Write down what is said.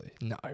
No